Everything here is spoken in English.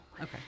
Okay